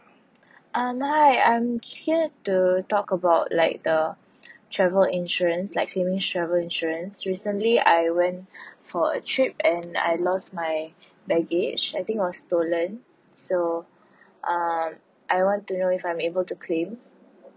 uh hi I'm here to talk about like the travel insurance like claiming travel insurance recently I went for a trip and I lost my baggage I think it was stolen so um I want to know if I'm able to claim